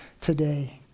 today